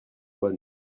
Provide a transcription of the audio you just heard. bonnes